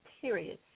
period